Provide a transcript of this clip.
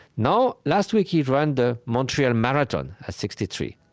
now last week, he ran the montreal marathon at sixty three.